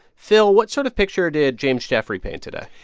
phil, what sort of picture did james jeffrey paint today?